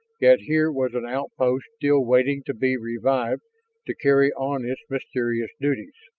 yet here was an outpost still waiting to be revived to carry on its mysterious duties.